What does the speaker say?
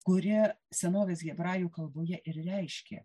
kuri senovės hebrajų kalboje ir reiškė